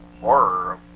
horror